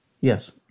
Yes